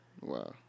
Wow